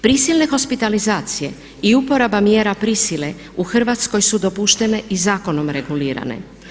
Prisilne hospitalizacije i uporaba mjera prisile u Hrvatskoj su dopuštene i zakonom regulirane.